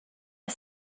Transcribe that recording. are